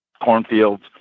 cornfields